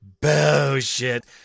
bullshit